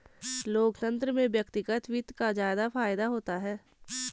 लोकतन्त्र में व्यक्तिगत वित्त का ज्यादा फायदा होता है